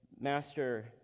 Master